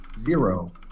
zero